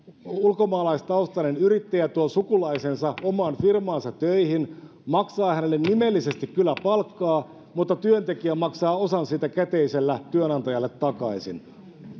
ulkomaalaistaustainen yrittäjä tuo sukulaisensa omaan firmaansa töihin ja maksaa hänelle nimellisesti kyllä palkkaa mutta työntekijä maksaa osan siitä käteisellä työnantajalle takaisin